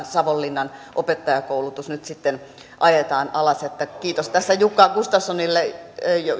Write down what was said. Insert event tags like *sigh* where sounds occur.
*unintelligible* savonlinnan opettajakoulutus nyt sitten ajetaan alas kiitos tässä jukka gustafssonille